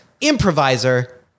improviser